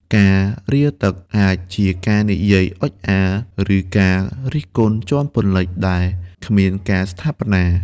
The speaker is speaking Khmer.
ការ «រាទឹក» អាចជាការនិយាយអុជអាល ឬការរិះគន់ជាន់ពន្លិចដែលគ្មានការស្ថាបនា។